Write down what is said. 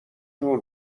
جور